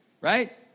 right